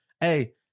hey